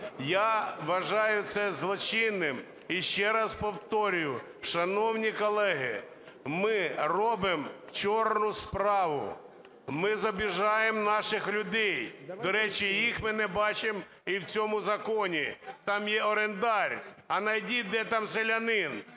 я вважаю це злочинним. І ще раз повторюю, шановні колеги, ми робимо чорну справу. Ми зобіжаємо наших людей, до речі, їх ми не бачимо і в цьому законі. Там є орендар, а знайдіть, де там селянин,